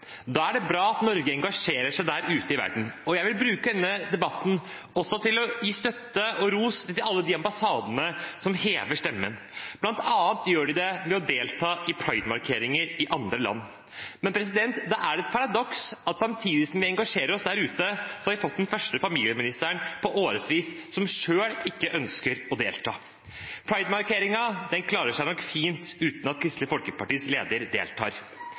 Da er det bra at Norge engasjerer seg ute i verden. Jeg vil bruke denne debatten til også å gi støtte og ros til alle de ambassadene som hever stemmen, bl.a. ved å delta i Pride-markeringer i andre land. Det er et paradoks at samtidig som vi engasjerer oss der ute, har vi fått den første familieministeren på årevis som selv ikke ønsker å delta. Pride-markeringen klarer seg nok fint uten at Kristelig Folkepartis leder deltar,